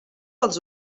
els